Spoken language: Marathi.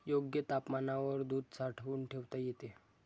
योग्य तापमानावर दूध साठवून ठेवता येते